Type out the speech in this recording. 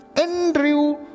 Andrew